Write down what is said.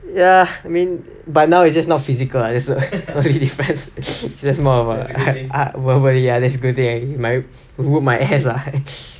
ya I mean but now it's just not physical lah that's the difference there's more of a a ya that's a good thing my whoop my ass